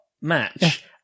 match